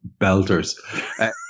belters